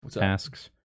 asks